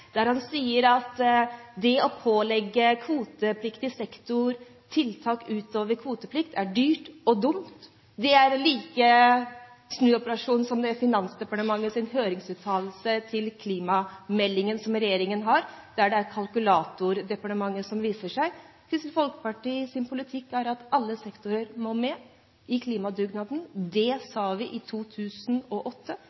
der han sier at det å pålegge kvotepliktig sektor tiltak utover kvoteplikt er «dyrt» og «dumt». Det er en like stor snuoperasjon som Finansdepartementets høringsuttalelse til regjeringens klimamelding, der det er «kalkulatordepartementet» som viser seg. Kristelig Folkepartis politikk er at alle sektorer må med i klimadugnaden. Det